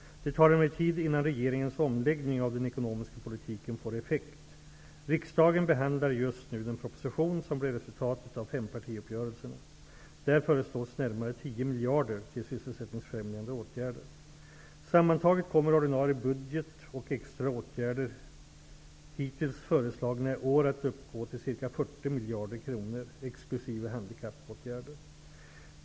Det tar emellertid tid innan regeringens omläggning av den ekonomiska politiken får effekt. Riksdagen behandlar just nu den proposition som blev resultatet av fempartiuppgörelserna. Där föreslås närmare 10 miljarder kronor till sysselsättningsfrämjande åtgärder. Sammantaget kommer ordinarie budget och extra åtgärder, hittills föreslagna i år, att uppgå till ca 40 miljarder kronor, exkl. handikappåtgärder.